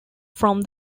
from